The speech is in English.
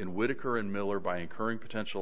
in would occur in miller by incurring potential